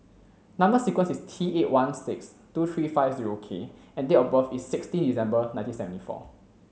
number sequence is T eight one six two three five zero K and date of birth is sixteen December nineteen seventy four